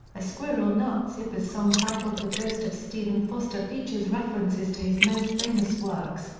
a squirrel nut zippers song titled the ghost of stephen foster features references to his most famous works,